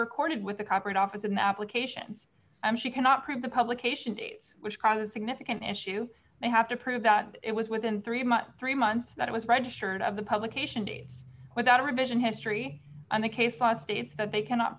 recorded with the copyright office and the applications and she cannot print the publication dates which cause significant issue they have to prove that it was within three months three months that it was registered of the publication date without a revision history and the case law states that they cannot